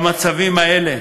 במצבים האלה?